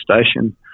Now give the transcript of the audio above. Station